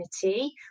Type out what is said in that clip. community